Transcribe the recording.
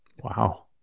Wow